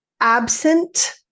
absent